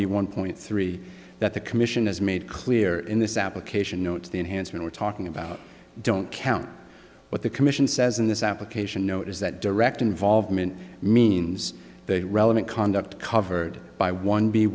b one point three that the commission has made clear in this application notes the enhancement we're talking about don't count what the commission says in this application note is that direct involvement means the relevant conduct covered by one b